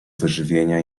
wyżywienia